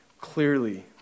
clearly